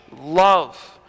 love